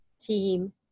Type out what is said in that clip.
team